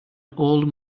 old